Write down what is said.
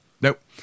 Nope